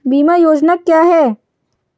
बीमा योजना क्या है?